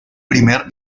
primer